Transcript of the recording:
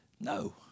no